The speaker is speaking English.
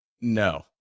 No